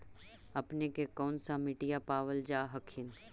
अपने के कौन सा मिट्टीया पाबल जा हखिन?